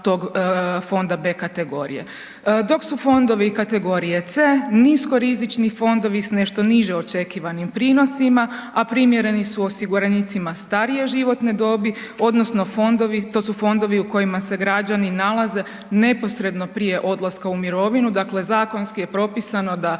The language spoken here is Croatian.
fonda B kategorije. Dok su fondovi kategorije C niskorizični fondovi s nešto niže očekivanim prinosima, a primjereni su osiguranicima starije životne dobi odnosno fondovi, to su fondovi u kojima se građani nalaze neposredno prije odlaska u mirovinu. Dakle, zakonski je propisano da